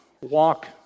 walk